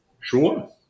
Sure